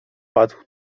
padł